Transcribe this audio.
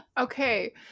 Okay